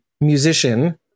musician